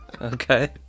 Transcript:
Okay